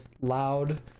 loud